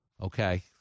Okay